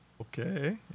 Okay